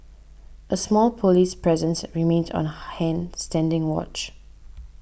a small police presence remained on hand standing watch